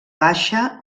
baixa